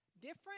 different